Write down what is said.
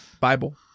Bible